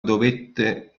dovette